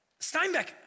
Steinbeck